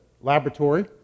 laboratory